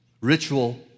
ritual